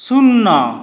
ଶୂନ